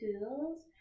tools